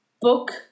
book